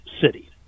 city